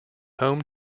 home